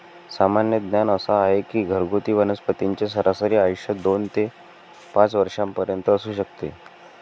सामान्य ज्ञान असा आहे की घरगुती वनस्पतींचे सरासरी आयुष्य दोन ते पाच वर्षांपर्यंत असू शकते